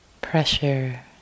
Pressure